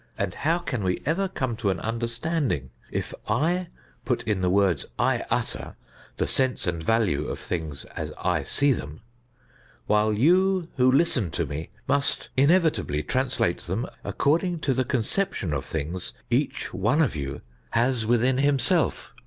and how can we ever come to an understanding if i put in the words i utter the sense and value of things as i see them while you who listen to me must inevitably trans late them according to the conception of things each one of you has within himself.